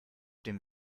dem